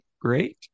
great